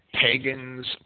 pagans